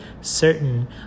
certain